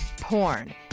porn